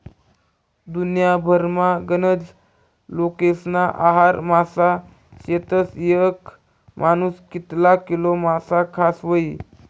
दुन्याभरमा गनज लोकेस्ना आहार मासा शेतस, येक मानूस कितला किलो मासा खास व्हयी?